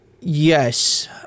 Yes